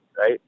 right